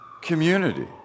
community